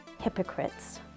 hypocrites